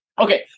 Okay